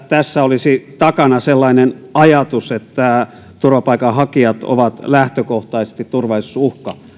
tässä olisi takana sellainen ajatus että turvapaikanhakijat ovat lähtökohtaisesti turvallisuusuhka